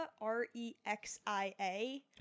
r-e-x-i-a